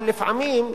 אבל לפעמים,